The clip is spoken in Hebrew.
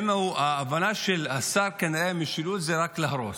ההבנה של השר במשילות כנראה זה רק להרוס,